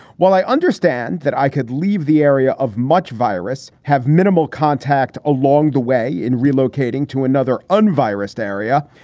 while i understand that i could leave the area of much virus, have minimal contact along the way in relocating to another and unbiased area,